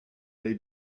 they